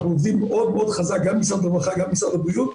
אנחנו עובדים מאוד חזק גם עם משרד הרווחה וגם עם משרד הבריאות,